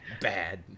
bad